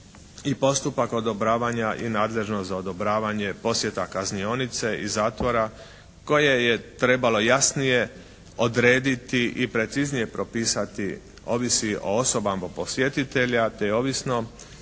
i postupak odobravanja i nadležnost za odobravanje posjeta kaznionice i zatvora koje je trebalo jasnije odrediti i preciznije propisati ovisi o osobama posjetitelja te ovisno